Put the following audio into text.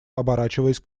оборачиваясь